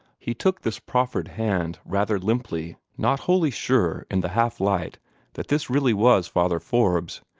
he took this proffered hand rather limply, not wholly sure in the half-light that this really was father forbes,